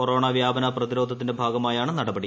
corona വ്യാപന പ്രതിരോധത്തിന്റെ ഭാഗമായാണ് നടപടി